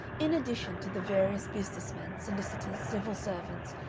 in addition to the various business men, solicitors, civil servants,